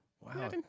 wow